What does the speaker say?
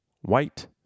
White